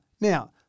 Now